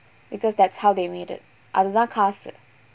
because that's how they made it அதுதா காசு:athuthaa kaasu